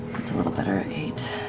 that's a little better, eight,